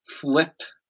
flipped